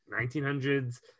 1900s